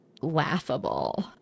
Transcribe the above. laughable